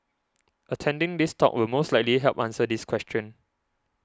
attending this talk will most likely help answer this question